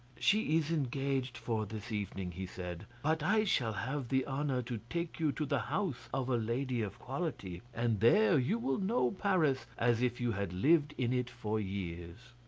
she is engaged for this evening, he said, but i shall have the honour to take you to the house of a lady of quality, and there you will know paris as if you had lived in it for years.